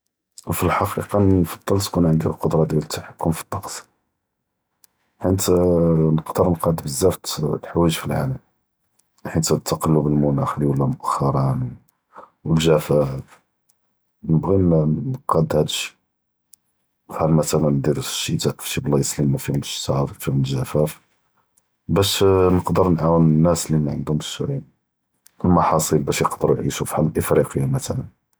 ו פי אלחקיקה נפדל תכון ענדִי אלקדרא דיאל אלתחכּם פי אלטקס, בחית נקדר נקאנט בזאף דיאל אלחואיג’ פי אלעאלם, בחית אלתקלב אלמנאח לי וללא מואח’רא, ו אלג’פאפ, ו נבגי נקאד האד אלשי, בחאל מת’לא נדיר אלשׁתא פי שי בלאיצ לי מא פיהםש אלשתא לי פיהם אלג’פאפ, באש נקדר נעאונ אלנאס לי מענדהמש אלמחאצ’יל באש יקדרו יעישו בחאל